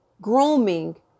grooming